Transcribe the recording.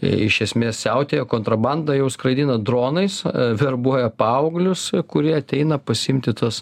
iš esmės siautėjo kontrabandą jau skraidina dronais verbuoja paauglius kurie ateina pasiimti tuos